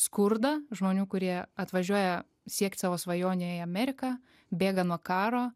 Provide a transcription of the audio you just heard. skurdą žmonių kurie atvažiuoja siekt savo svajonę į ameriką bėga nuo karo